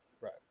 Right